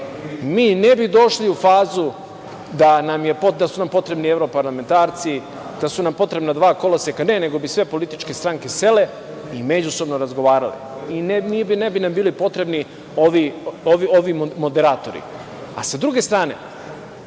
mi ne bi došli u fazu da su nam potrebni evroparlamentarci, da su nam potrebna dva koloseka, ne nego bi sve političke stranke sele i međusobno razgovarale. Ne bi nam bili potrebni ovi moderatori. Sa druge strane,